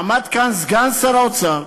עמד כאן סגן שר האוצר,